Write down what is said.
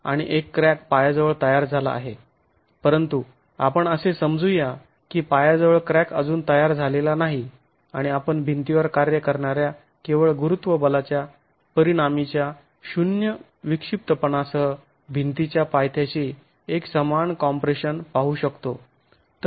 परंतु आपण असे समजूया की पायाजवळ क्रॅक अजून तयार झालेला नाही आणि आपण भिंतीवर कार्य करणाऱ्या केवळ गुरुत्व बलाच्या परिणामी च्या शुन्य विक्षिप्तपणासह भिंतीच्या पायथ्याशी एकसमान कॉम्प्रेशन पाहू शकतो